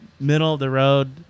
middle-of-the-road